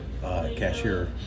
cashier